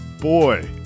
boy